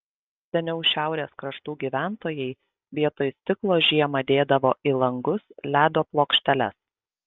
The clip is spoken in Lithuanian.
seniau šiaurės kraštų gyventojai vietoj stiklo žiemą dėdavo į langus ledo plokšteles